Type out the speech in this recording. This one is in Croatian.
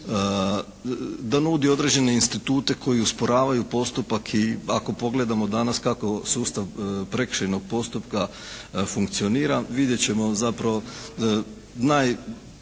da nudi određene institute koji usporavaju postupak i ako pogledamo danas kako sustav prekršajnog postupka funkcionira vidjet ćemo zapravo najpraktičnije